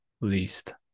least